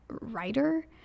writer